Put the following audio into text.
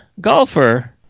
golfer